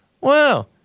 Wow